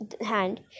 hand